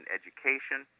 education